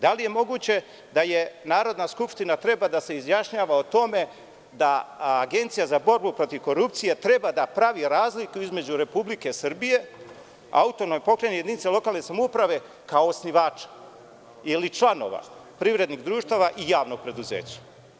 Da li je moguće da Narodna skupština treba da se izjašnjava o tome da Agencija za borbu protiv korupcije treba da pravi razliku između Republike Srbije, Autonomne pokrajine i jedinice lokalne samouprave, kao osnivača ili članova privrednih društava i javnog preduzeća?